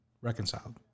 reconciled